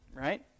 right